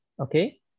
okay